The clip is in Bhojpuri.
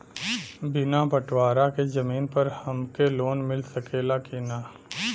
बिना बटवारा के जमीन पर हमके लोन मिल सकेला की ना?